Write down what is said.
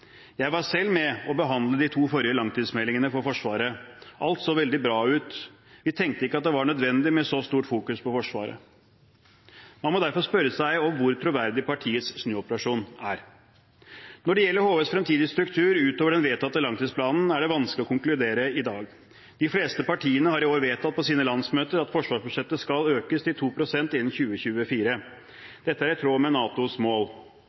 var selv med på å behandle de to forrige langtidsmeldingene for Forsvaret. Alt så veldig bra ut. Vi tenkte ikke at det var nødvendig med så stort fokus på Forsvaret.» Man må derfor spørre seg hvor troverdig partiets snuoperasjon er. Når det gjelder HVs fremtidige struktur utover den vedtatte langtidsplanen, er det vanskelig å konkludere i dag. De fleste partiene har i år vedtatt på sine landsmøter at forsvarsbudsjettet skal økes til 2 pst. av BNP innen 2024. Dette er i tråd med NATOs mål.